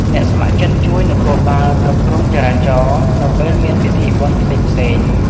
អ្នកស្ម័គ្រចិត្តជួយនគរបាលគ្រប់គ្រងចរាចរណ៍ នៅពេលមានពិធីបុណ្យផ្សេងៗ។